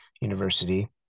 University